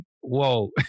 whoa